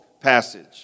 passage